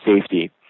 safety